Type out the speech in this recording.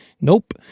Nope